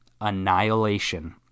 annihilation